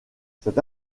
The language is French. cette